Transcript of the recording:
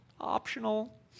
optional